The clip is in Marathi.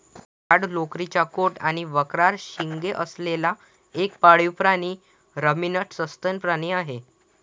जाड लोकरीचा कोट आणि वक्राकार शिंगे असलेला एक पाळीव प्राणी रमिनंट सस्तन प्राणी आहे